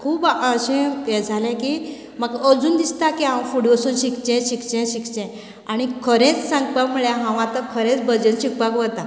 खूब अशें हे जाले की म्हाका अजून दिसता की हांव फुडें वचून शिकचें शिकचें शिकचें आनीक खरेंच सांगपाक म्हणल्यार हांव आतां खरेंच भजन शिकपाक वता